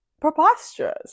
preposterous